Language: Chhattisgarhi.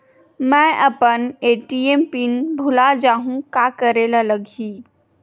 मैं अपन ए.टी.एम पिन भुला जहु का करे ला लगही?